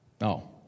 No